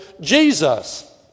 Jesus